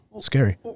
scary